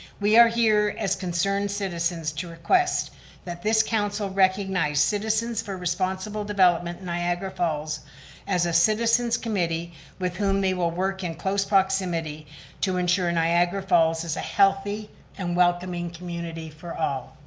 we are here as concerned citizens to request that this council recognize citizens for responsible development, niagara falls as a citizens committee with whom they will work in close proximity to ensure and niagara falls is a healthy and welcoming community for all.